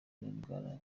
n’indwara